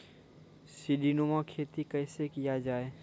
सीडीनुमा खेती कैसे किया जाय?